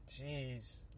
jeez